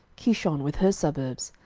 kishon with her suburbs,